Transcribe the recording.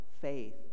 faith